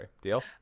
Deal